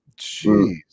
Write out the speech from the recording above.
Jeez